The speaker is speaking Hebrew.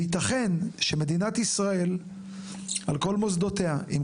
וייתכן שמדינת ישראל על כל מוסדותיה ועם